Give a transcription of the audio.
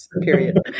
Period